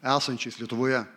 esančiais lietuvoje